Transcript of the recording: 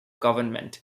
government